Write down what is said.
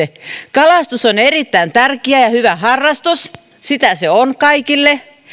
kalastus on erittäin tärkeä ja hyvä harrastus sitä se on kaikille